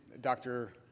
Dr